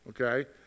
okay